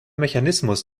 mechanismus